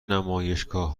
نمایشگاه